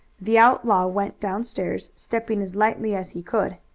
the outlaw went downstairs, stepping as lightly as he could.